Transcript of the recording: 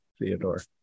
Theodore